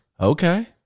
Okay